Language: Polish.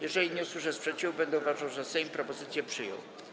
Jeżeli nie usłyszę sprzeciwu, będę uważał, że Sejm propozycje przyjął.